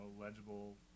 legible